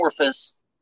morphus